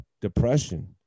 depression